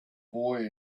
boy